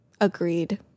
Agreed